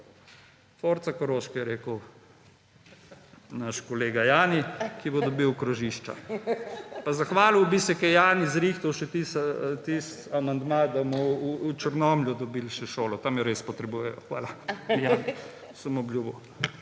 Forza Koroška, je rekel naš kolega Jani, ki bo dobil krožišča; pa zahvalil bi se, ker je Jani zrihtal še tisti amandma, da bomo v Črnomlju dobil še šolo, tam jo res potrebujejo. Hvala, Jani,